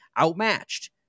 outmatched